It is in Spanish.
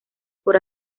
por